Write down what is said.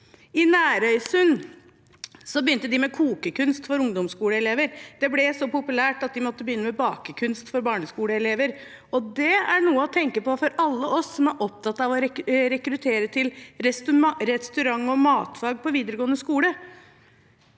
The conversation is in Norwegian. I Nærøysund begynte de med matkunst for ungdomsskoleelever. Det ble så populært at de måtte begynne med bakekunst for barneskoleelever. Det er noe å tenke på for alle oss som er opptatt av å rekruttere til restaurant- og matfag på videregående skole.